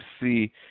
see